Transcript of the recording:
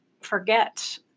forget